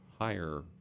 higher